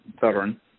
veteran